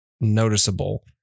noticeable